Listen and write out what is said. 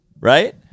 right